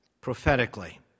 prophetically